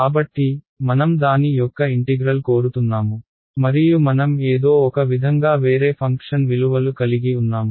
కాబట్టి మనం దాని యొక్క ఇంటిగ్రల్ కోరుతున్నాము మరియు మనం ఏదో ఒక విధంగా వేరే ఫంక్షన్ విలువలు కలిగి ఉన్నాము